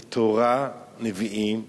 זה תורה, נביאים וכתובים.